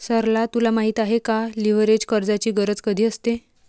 सरला तुला माहित आहे का, लीव्हरेज कर्जाची गरज कधी असते?